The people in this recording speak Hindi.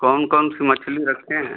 कौन कौन सी मछली रखे हैं